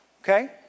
okay